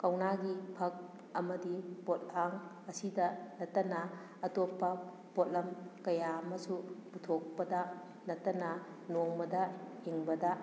ꯀꯧꯅꯥꯒꯤ ꯐꯛ ꯑꯃꯗꯤ ꯄꯣꯂꯥꯡ ꯑꯁꯤꯗ ꯅꯠꯇꯅ ꯑꯇꯣꯞꯄ ꯄꯣꯠꯂꯝ ꯀꯌꯥ ꯑꯃꯁꯨ ꯄꯨꯊꯣꯛꯄꯗ ꯅꯠꯇꯅ ꯅꯣꯡꯃꯗ ꯍꯤꯡꯕꯗ